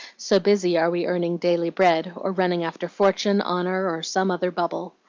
so busy are we earning daily bread, or running after fortune, honor or some other bubble.